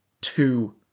two